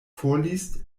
vorliest